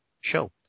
show